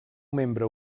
membre